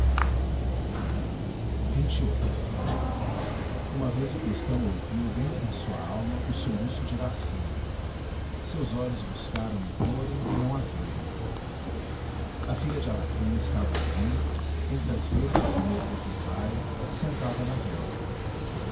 em fio uma vez o cristão ouviu dentro em sua alma o soluço de iracema seus olhos buscaram em torno e não a viram a filha de araquém estava além entre as verdes moitas de ubaia sentada na relva